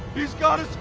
he's gotta